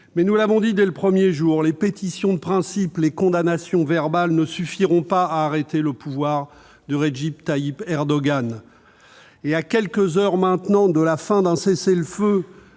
Mais, nous l'avons dit dès le premier jour, les pétitions de principe, les condamnations verbales ne suffiront pas à arrêter le pouvoir de Recep Tayyip Erdogan. À quelques heures maintenant de la fin d'un cessez-le-feu